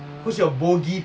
uh